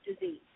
disease